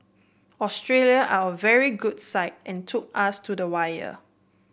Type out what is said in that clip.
Australia are a very good side and took us to the wire